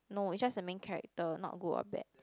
no it's just a main character not good or bad